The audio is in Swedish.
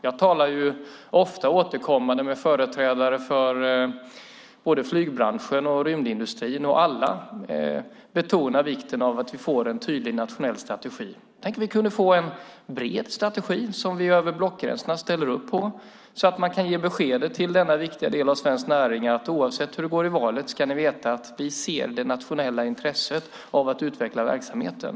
Jag talar ofta och återkommande med företrädare för både flygbranschen och rymdindustrin, och alla betonar vikten av att vi får en tydlig nationell strategi. Tänk om vi kunde få en bred strategi som vi över blockgränserna ställer oss bakom, så att vi kunde ge besked till denna viktiga del av svenskt näringsliv att oavsett hur det går i valet ska man veta att vi ser det nationella intresset av att utveckla verksamheten.